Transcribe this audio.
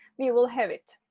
we will have it.